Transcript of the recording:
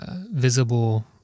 visible